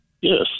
Yes